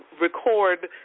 record